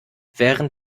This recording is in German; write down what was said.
während